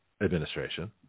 administration